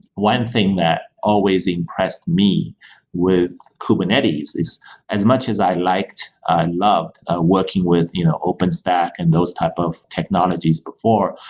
one thing that always impressed me with kubernetes is as much as i like ah loved working with you know open stack and those type of technologies before,